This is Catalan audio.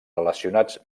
relacionats